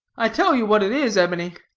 i tell you what it is, ebony,